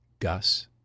Gus